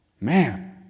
Man